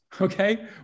Okay